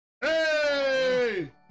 Hey